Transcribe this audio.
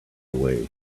away